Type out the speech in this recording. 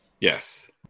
Yes